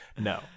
No